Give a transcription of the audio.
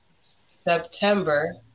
September